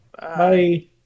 Bye